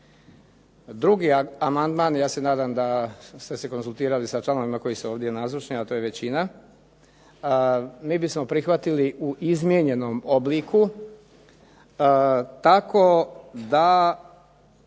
Drugi amandman, ja se nadam da ste se konzultirali sa članovima koji su ovdje nazočni a o to je većina, mi bismo prihvatili u izmijenjenom obliku tako da